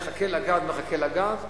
מחכה לגז, מחכה לגז.